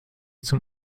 zum